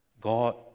God